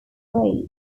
ways